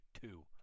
two